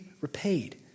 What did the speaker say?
repaid